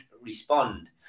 respond